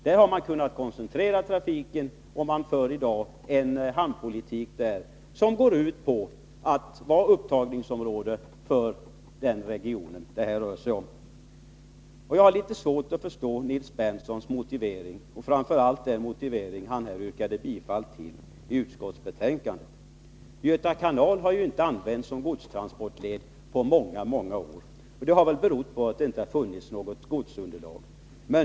Där har man kunnat koncentrera trafiken och för i dag en hamnpolitik som går ut på att hamnen skall ha den region det här rör sig om som upptagningsområde. Jag har litet svårt att förstå den motivering som Nils Berndtson yrkade bifall till. Göta kanal har inte använts som godstransportled på många år, och det har väl berott på att det inte har funnits något godsunderlag.